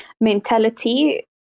mentality